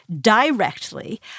directly